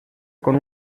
con